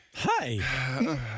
Hi